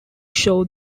show